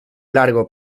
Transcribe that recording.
largo